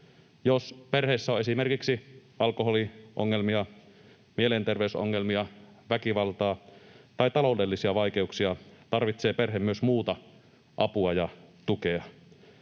Jos perheessä on esimerkiksi alkoholiongelmia, mielenterveysongelmia, väkivaltaa tai taloudellisia vaikeuksia, tarvitsee perhe myös muuta apua ja tukea.